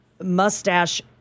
mustache